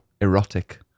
Erotic